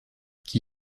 qui